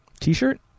t-shirt